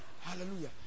hallelujah